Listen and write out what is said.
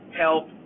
help